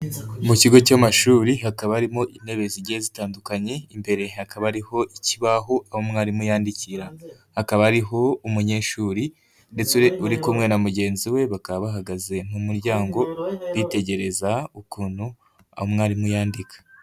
Mu kigo cy'amashuri hakaba harimo intebe zigiye zitandukanye, imbere hakaba hariho ikibaho aho umwarimu yandikira, hakaba hariho umunyeshuri ndetse uri kumwe na mugenzi we bakaba bahagaze mu muryango bitegereza ukuntu umwarimu yandika.